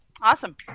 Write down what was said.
Awesome